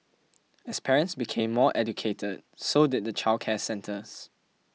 as parents became more educated so did the childcare centres